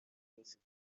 رسیده